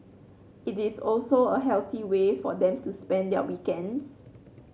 it is also a healthy way for them to spend their weekends